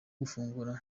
gufungura